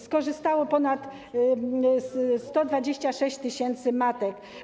Skorzystało ponad 126 tys. matek.